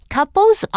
Couples